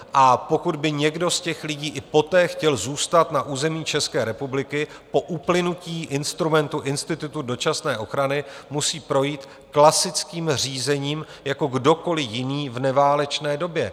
A pokud by někdo z těch lidí i poté chtěl zůstat na území České republiky, po uplynutí instrumentu institutu dočasné ochrany, musí projít klasickým řízením jako kdokoli jiný v neválečné době.